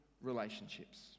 relationships